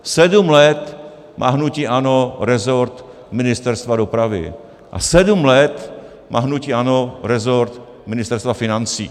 Sedm let má hnutí ANO rezort Ministerstva dopravy a sedm let má hnutí ANO rezort Ministerstva financí.